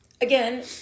Again